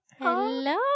Hello